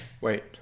wait